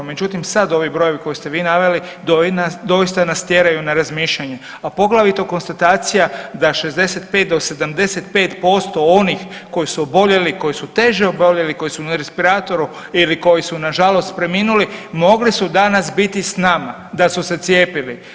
Međutim, sad ovi brojevi koje ste vi naveli doista nas tjeraju na razmišljanje, a poglavito konstatacija da 65 do 75% onih koji su oboljeli, koji su teže oboljeli koji su na respiratoru ili koji su nažalost preminuli mogli su danas biti s nama da su se cijepili.